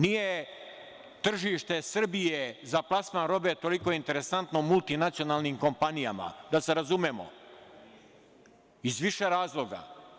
Nije tržište Srbije za plasman robe toliko interesantno multinacionalnim kompanijama, da se razumemo, iz više razloga.